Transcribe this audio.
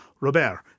Robert